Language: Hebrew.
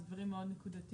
זה דברים מאוד נקודתיים,